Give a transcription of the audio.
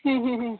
ಹ್ಞೂ ಹ್ಞೂ ಹ್ಞೂ